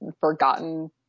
forgotten